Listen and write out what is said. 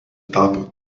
tapo